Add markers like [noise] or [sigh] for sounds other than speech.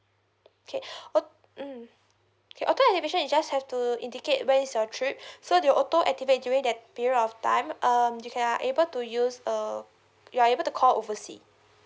okay o~ mm okay auto activation you just have to indicate when is your trip [breath] so the auto activate during that period of time um you are able to use err you are able to call oversea